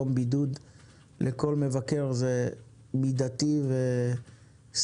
יום בידוד לכל מבקר זה מידתי וסביר.